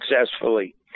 successfully